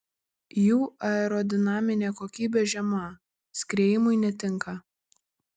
jų aerodinaminė kokybė žema skriejimui netinka